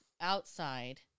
outside